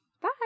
Bye